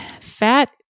fat